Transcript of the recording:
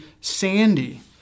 sandy